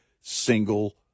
single